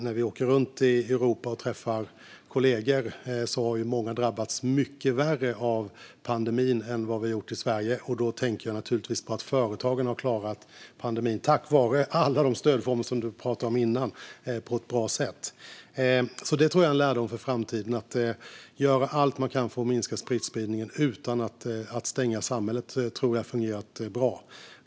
När vi åker runt i Europa och träffar kollegor hör vi att många har drabbats mycket värre av pandemin än vad vi har gjort i Sverige. Då tänker jag naturligtvis på att företagen har klarat pandemin på ett bra sätt tack vare alla de stödformer som Alexandra Anstrell talade om innan. Jag tror att det är en lärdom för framtiden: att göra allt man kan för att minska smittspridningen utan att stänga samhället. Det tror jag har fungerat bra.